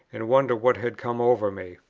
and wonder what had come over me.